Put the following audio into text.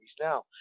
now